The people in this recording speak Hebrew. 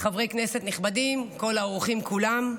חברי כנסת נכבדים, כל האורחים כולם,